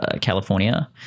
California